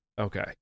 Okay